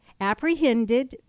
apprehended